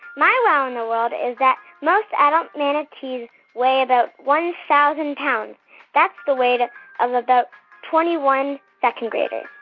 my wow in the world is that most adult manatees weigh about one thousand pounds that's the weight of about twenty one second-graders.